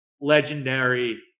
legendary